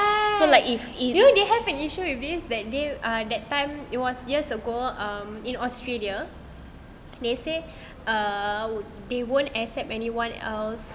you know they have an issue with these that day I that time it was years ago um in australia they say uh they won't accept anyone else